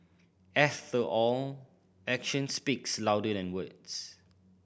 after all actions speaks louder than words